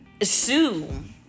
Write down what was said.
assume